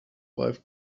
wife